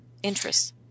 interests